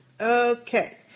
Okay